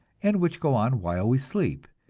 and which go on while we sleep,